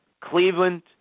Cleveland